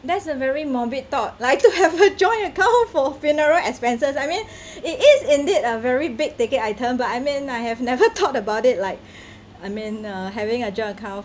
that's a very morbid thought like to have a joint account for funeral expenses I mean it is indeed a very big ticket items but I mean I have never thought about it like I'm in uh having a joint account